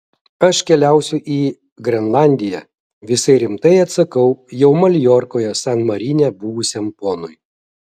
aš keliausiu į grenlandiją visai rimtai atsakau jau maljorkoje san marine buvusiam ponui